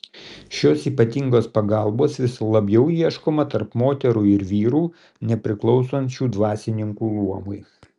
šios ypatingos pagalbos vis labiau ieškoma tarp moterų ir vyrų nepriklausančių dvasininkų luomui